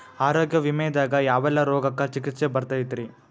ಆರೋಗ್ಯ ವಿಮೆದಾಗ ಯಾವೆಲ್ಲ ರೋಗಕ್ಕ ಚಿಕಿತ್ಸಿ ಬರ್ತೈತ್ರಿ?